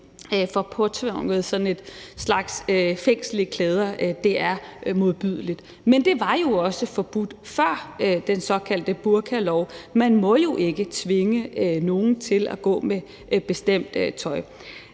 får påtvunget sådan en slags fængsel i klæder er modbydeligt. Men det var jo også forbudt, før den såkaldte burkalov. Man må jo ikke tvinge nogen til at gå med bestemt tøj.